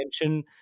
attention